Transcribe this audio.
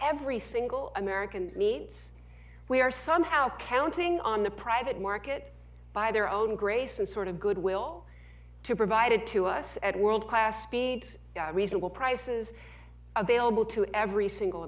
every single american needs we are somehow counting on the private market by their own grace and sort of goodwill to provided to us at world class speeds reasonable prices available to every single